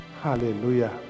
hallelujah